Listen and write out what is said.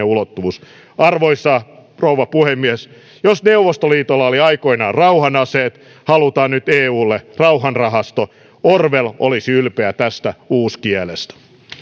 ulottuvuus arvoisa rouva puhemies jos neuvostoliitolla oli aikoinaan rauhan aseet halutaan nyt eulle rauhanrahasto orwell olisi ylpeä tästä uuskielestä